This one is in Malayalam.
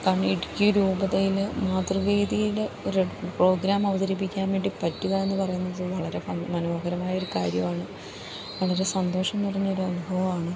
കാരണം ഇടുക്കി രൂപതയിൽ മാതൃവേദിയിലെ ഒരു പ്രോഗ്രാം അവതരിപ്പിക്കാൻ വേണ്ടി പറ്റുകയെന്നു പറയുന്നത് വളരെ മനോഹരമായൊരു കാര്യമാണ് വളരെ സന്തോഷം നിറഞ്ഞൊരു അനുഭവമാണ്